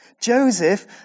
Joseph